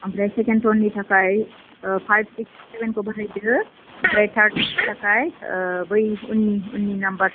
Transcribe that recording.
आमफ्राय सेकेन्ड ट'ननि थाखाय फाइभ सिक्स सेभेनखौ बाहायदो आमफ्राय थार्डनि थाखाय बै उननि उननि नाम्बार्स